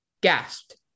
gasped